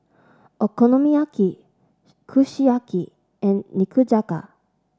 Okonomiyaki Kushiyaki and Nikujaga